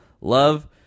Love